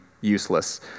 useless